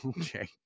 Okay